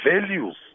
values